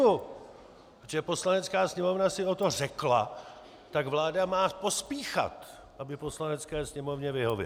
Protože Poslanecká sněmovna si o to řekla, tak vláda má pospíchat, aby Poslanecké sněmovně vyhověla.